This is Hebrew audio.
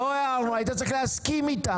לא 'הערנו', היית צריך להסכים איתם.